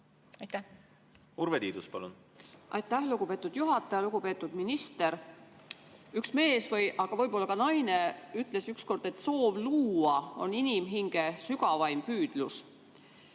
Urve Tiidus, palun! Aitäh, lugupeetud juhataja! Lugupeetud minister! Üks mees, aga võib-olla hoopis naine ütles ükskord, et soov luua on inimhinge sügavaim püüdlus.